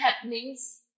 happenings